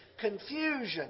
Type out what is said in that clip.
confusion